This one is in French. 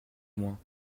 moins